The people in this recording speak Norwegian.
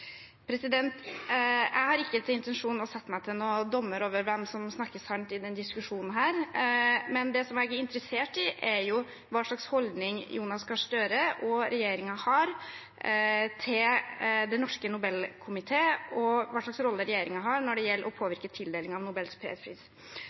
Jeg har ikke til intensjon å gjøre meg til dommer over hvem som snakker sant i denne diskusjonen, men det jeg er interessert i, er hva slags holdning Jonas Gahr Støre og regjeringen har til Den Norske Nobelkomité og hva slags rolle regjeringen har når det gjelder å